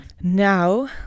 Now